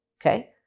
okay